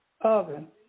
oven